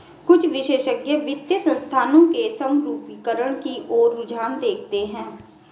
कुछ विशेषज्ञ वित्तीय संस्थानों के समरूपीकरण की ओर रुझान देखते हैं